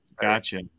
Gotcha